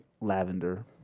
Lavender